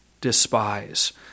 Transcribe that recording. despise